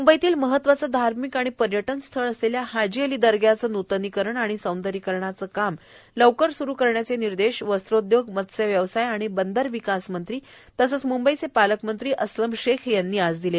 मंबईतील महत्त्वाचे धार्मिक आणि पर्यटन स्थळ असलेल्या हाजी अली दर्ग्याचे न्तनीकरण आणि सौंदर्यीकरणाचं काम लवकर सुरू करण्याचे निर्देश वस्त्रोदयोगए मत्स्यव्यवसाय आणि बंदर विकास मंत्री तथा मंंबईचे पालकमंत्री अस्लम शेख यांनी आज दिले